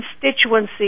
constituency